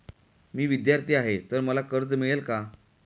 मी विद्यार्थी आहे तर मला कर्ज मिळेल का?